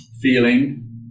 feeling